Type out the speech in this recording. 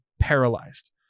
paralyzed